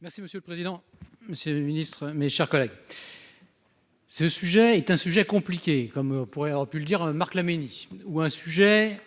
Merci monsieur le président. Monsieur le Ministre, mes chers collègues. Ce sujet est un sujet compliqué comme on pourrait avoir pu le dire hein. Marc Laménie ou un sujet.